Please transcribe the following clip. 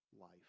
life